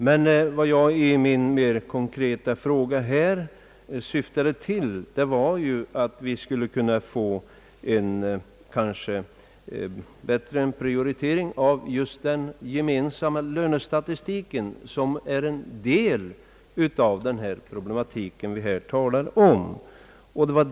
Men vad jag åsyftade med min mera konkreta fråga var att vi skulle kunna åstadkomma en större prioritering av den gemensamma =<:lönestatistiken, vilken spelar en viktig roll i den problematik vi nu talar om.